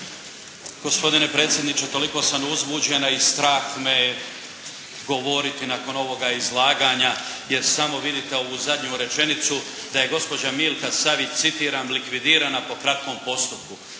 Gospodine predsjedniče toliko sam uzbuđen, a i strah me je govoriti nakon ovoga izlaganja jer samo vidite ovu zadnju rečenicu da je gospođa Milka Savić, citiram,: "Likvidirana po kratkom postupku.".